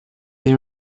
they